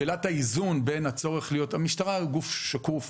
לשאלת האיזון, המשטרה היא גוף שקוף,